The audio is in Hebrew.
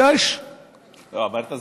אמרת זקן,